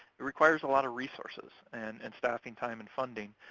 it requires a lot of resources and and staffing time and funding.